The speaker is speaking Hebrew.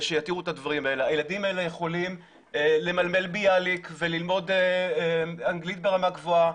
הילדים האלה יכולים למלמל ביאליק וללמוד אנגלית ברמה גבוה,